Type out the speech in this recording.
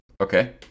Okay